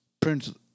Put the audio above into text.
Prince